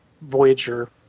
Voyager